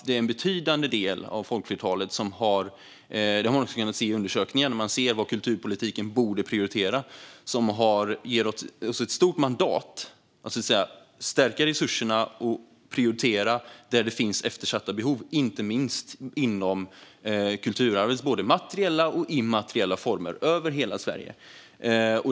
Det har också gjorts undersökningar där man anger vad kulturpolitiken borde prioritera, vilket ger oss ett stort mandat att stärka resurserna och prioritera där det finns eftersatta behov, inte minst inom kulturarvet. Det gäller både materiella och immateriella former över hela Sverige.